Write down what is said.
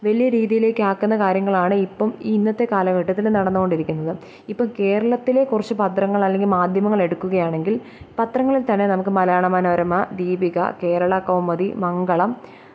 വലിയ രീതിയിലേക്ക് ആക്കുന്ന കാര്യങ്ങളാണ് ഇപ്പം ഈ ഇന്നത്തെ കാലഘട്ടത്തിൽ നടന്നു കൊണ്ടിരിക്കുന്നത് ഇപ്പം കേരളത്തിലെ കുറച്ച് പത്രങ്ങൾ അല്ലെങ്കില് മാധ്യമങ്ങൾ എടുക്കുക ആണെങ്കില് പത്രങ്ങളില് തന്നെ നമുക്ക് മലയാള മനോരമ ദീപിക കേരള കൗമുദി മംഗളം